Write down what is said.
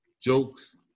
jokes